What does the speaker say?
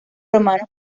romanos